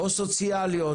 או סוציאליות,